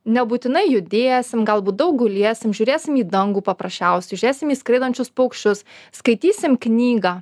nebūtinai judėsim galbūt daug gulėsim žiūrėsim į dangų paprasčiausiai žiūrėsim į skraidančius paukščius skaitysim knygą